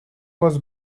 was